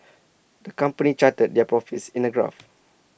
the company charted their profits in A graph